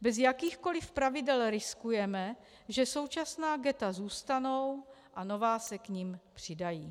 Bez jakýchkoliv pravidel riskujeme, že současná ghetta zůstanou a nová se k nim přidají.